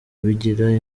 bigira